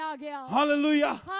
Hallelujah